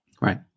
right